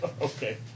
Okay